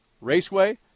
Raceway